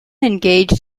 engaged